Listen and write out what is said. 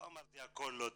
לא אמרתי שהכל לא טוב,